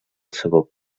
sabó